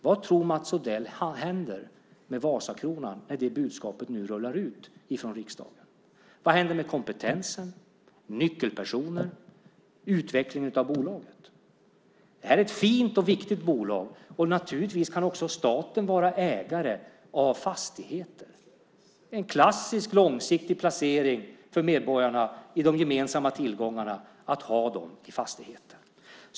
Vad tror Mats Odell händer med Vasakronan när det budskapet rullar ut från riksdagen? Vad händer med kompetensen, med nyckelpersoner, med utvecklingen av bolaget? Det är ett fint och viktigt bolag, och naturligtvis kan även staten vara ägare av fastigheter. Det är en klassisk långsiktig placering för medborgarna att ha de gemensamma tillgångarna i fastigheter.